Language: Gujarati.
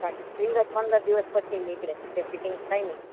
કારણ કે સ્પ્રિંગ જ પંદર દિવસ પછી નીકળે ત્યાં ફિટિંગ થાય નહીં